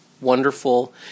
wonderful